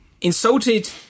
insulted